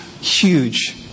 huge